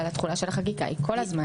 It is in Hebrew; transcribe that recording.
אבל התחולה של החקיקה היא כל הזמן.